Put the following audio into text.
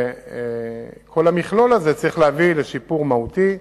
כל המכלול הזה צריך להביא לשיפור מהותי.